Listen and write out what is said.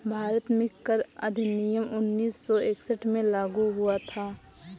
भारत में कर अधिनियम उन्नीस सौ इकसठ में लागू हुआ था